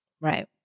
Right